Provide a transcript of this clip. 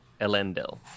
Elendil